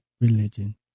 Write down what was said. religion